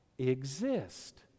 exist